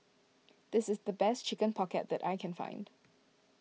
this is the best Chicken Pocket that I can find